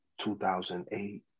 2008